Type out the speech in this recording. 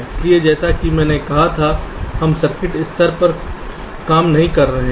इसलिए जैसा कि मैंने कहा था हम सर्किट स्तर पर काम नहीं कर रहे हैं